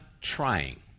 trying